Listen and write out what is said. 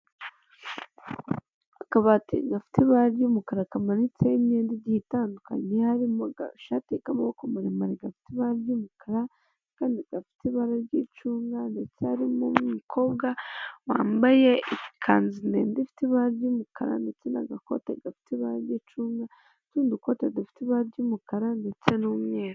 Akabati gafite ibara ry'umukara kamanitseho imyenda igiye itandukanye harimo agashati k'amaboko maremare gafite ibara ry'umukara kandi gafite ibara ry'icunga ndetse harimo umukobwa wambaye ikanzu ndende ifite ibara ry'umukara ndetse n'agakote gafite ibara ry'icunga n'utundikote dufite ibara ry'umukara ndetse n'umweru.